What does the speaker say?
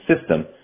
system